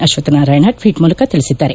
Ashwath Narayan tweet ಮೂಲಕ ತಿಳಿಸಿದ್ದಾರೆ